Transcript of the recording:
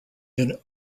unit